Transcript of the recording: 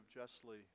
justly